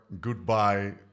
goodbye